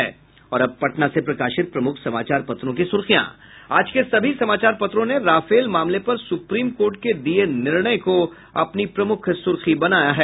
और अब पटना से प्रकाशित प्रमुख समाचार पत्रों की सुर्खियां आज के सभी समाचार पत्रों ने राफेल मामले पर सुप्रीम कोर्ट के दिये गये निर्णय को अपनी सुर्खी लगाया है